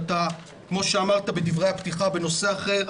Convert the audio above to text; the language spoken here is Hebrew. כפי שאמרת בדברי הפתיחה בנושא אחר,